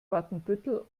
watenbüttel